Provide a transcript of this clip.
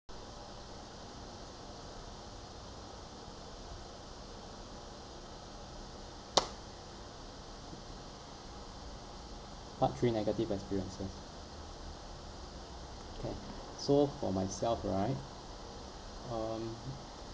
part three negative experiences okay so for myself right um